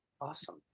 Awesome